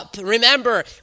Remember